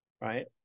Right